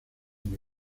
muy